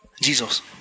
Jesus